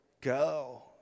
go